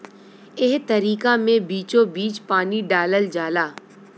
एह तरीका मे बीचोबीच पानी डालल जाला